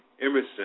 Emerson